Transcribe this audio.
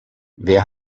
wer